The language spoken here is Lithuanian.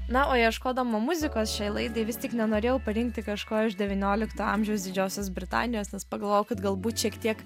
na o ieškodama muzikos šiai laidai vis tik nenorėjau parinkti kažko iš devyniolikto amžiaus didžiosios britanijos nes pagalvojau kad galbūt šiek tiek